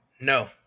No